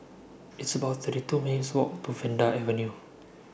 It's about thirty two minutes' Walk to Vanda Avenue